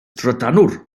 drydanwr